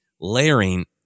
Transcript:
layering